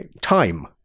Time